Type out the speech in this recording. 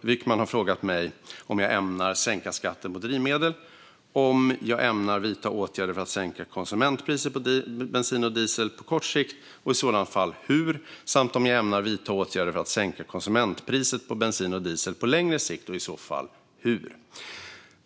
Wykman har frågat mig om jag ämnar sänka skatten på drivmedel, om jag ämnar vidta åtgärder för att sänka konsumentpriset på bensin och diesel på kort sikt, och i så fall hur, samt om jag ämnar vidta åtgärder för att sänka konsumentpriset på bensin och diesel på längre sikt och i så fall hur.